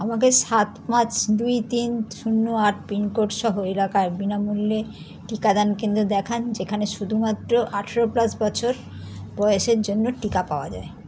আমাকে সাত পাঁচ দুই তিন শূন্য আট পিন কোড সহ এলাকায় বিনামূল্যে টিকাদান কেন্দ্র দেখান যেখানে শুধুমাত্র আঠেরো প্লাস বছর বয়সের জন্য টিকা পাওয়া যায়